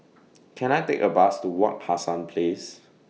Can I Take A Bus to Wak Hassan Place